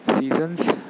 Seasons